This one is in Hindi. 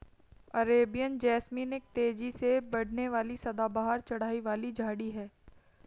अरेबियन जैस्मीन एक तेजी से बढ़ने वाली सदाबहार चढ़ाई वाली झाड़ी है